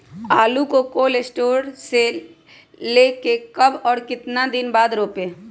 आलु को cold store से ले के कब और कितना दिन बाद रोपे?